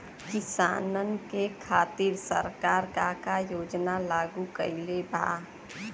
किसानन के खातिर सरकार का का योजना लागू कईले बा?